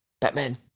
Batman